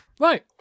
Right